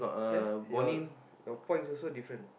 ya your your points also different